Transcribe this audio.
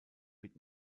mit